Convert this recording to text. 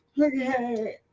Okay